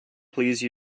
please